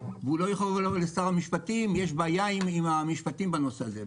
והוא לא יכול לבוא ולהגיד לשר המשפטים: יש בעיה עם המשפטים בנושא הזה,